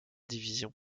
division